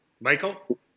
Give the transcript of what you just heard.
Michael